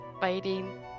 fighting